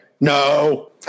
No